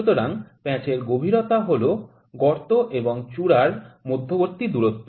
সুতরাং প্যাঁচের গভীরতা হল গর্ত এবং চূড়ার মধ্যবর্তী দূরত্ব